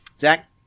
Zach